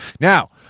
Now